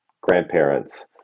grandparents